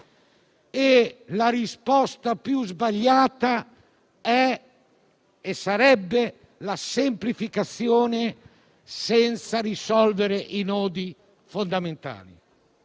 la risposta più sbagliata è e sarebbe semplificare senza risolvere i nodi fondamentali.